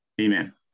Amen